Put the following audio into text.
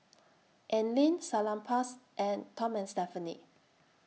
Anlene Salonpas and Tom and Stephanie